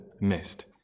missed